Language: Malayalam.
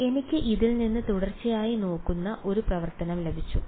അതിനാൽ എനിക്ക് ഇതിൽ നിന്ന് തുടർച്ചയായി നോക്കുന്ന ഒരു പ്രവർത്തനം ലഭിച്ചു